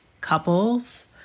couples